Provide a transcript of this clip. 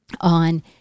on